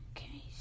Okay